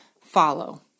follow